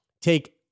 Take